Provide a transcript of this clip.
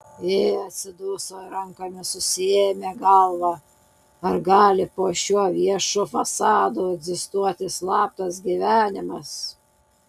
ji atsiduso ir rankomis susiėmė galvą ar gali po šiuo viešu fasadu egzistuoti slaptas gyvenimas